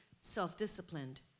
self-disciplined